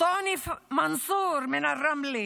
טוני פוזי מנסור מרמלה,